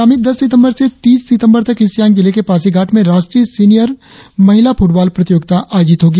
आगामी दस सितंबर से तीस सितंबर तक ईस्ट सियांग जिले के पासीघाट में राष्ट्रीय सीनियर महिला फुटबॉल प्रतियोगिता आयोजित होगी